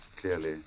clearly